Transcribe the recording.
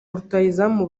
rutahizamu